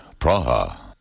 Praha